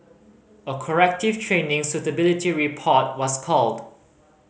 a corrective training suitability report was called